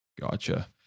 Gotcha